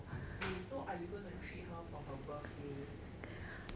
wait so are you gonna treat her for her birthday